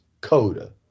Coda